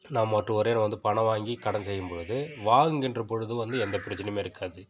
நான் மாட்டும் பணம் வாங்கி கடன் செய்யும்பொழுது வாங்குகின்ற பொழுது வந்து எந்த பிரச்சினையுமே இருக்காது